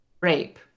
rape